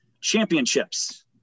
championships